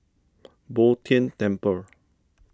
Bo Tien Temple